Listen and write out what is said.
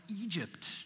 Egypt